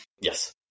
Yes